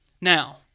Now